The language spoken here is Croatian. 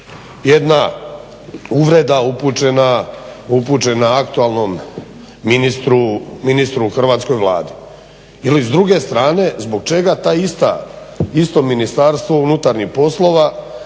jedna uvreda upućena aktualnom ministru u Hrvatskoj vladi? Ili s druge strane zbog čega to isto Ministarstvo unutarnjih poslova